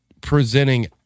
presenting